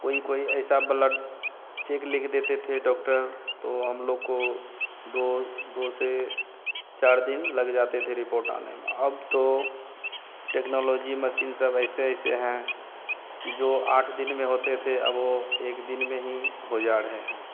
कोई कोई ऐसा ब्लड चेक लिख देते थे डॉक्टर तो हम लोग को दो दो से चार दिन लग जाते थे रिपोर्ट आने में अब तो टेक्नोलोजी मशीन सब ऐसे ऐसे हैं कि जो आठ दिन में होते थे अब वे एक दिन में ही हो जा रहे हैं